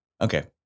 okay